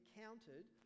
counted